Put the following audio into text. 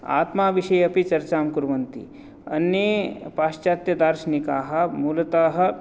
आत्माविषये अपि चर्चां कुर्वन्ति अन्ये पाश्चात्यदार्शनिकाः मूलतः